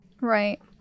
Right